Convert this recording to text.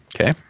Okay